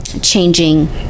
changing